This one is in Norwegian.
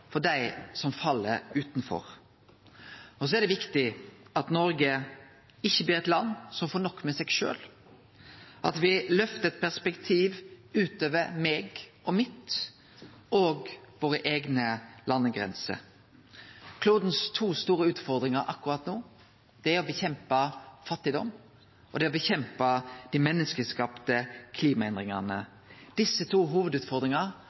for dei som fell utanfor. Og det er viktig at Noreg ikkje blir eit land som har nok med seg sjølv – at me løftar eit perspektiv ut over meg og mitt og våre eigne landegrenser. Dei to store utfordringane på kloden vår akkurat no er kampen mot fattigdom og mot dei menneskeskapte klimaendringane. Desse to